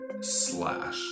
Slash